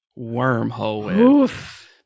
wormhole